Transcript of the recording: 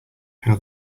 how